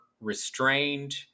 restrained